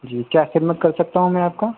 جی کیا خدمت کر سکتا ہوں میں آپ کا